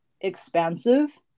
expansive